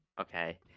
okay